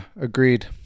agreed